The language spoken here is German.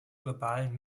globalen